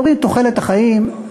מדברים על תוחלת החיים.